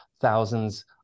thousands